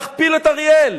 להכפיל את אריאל.